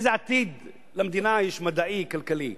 איזה עתיד מדעי כלכלי